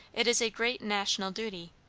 it is a great national duty.